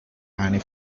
anne